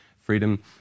freedom